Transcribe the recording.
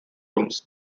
rooms